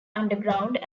underground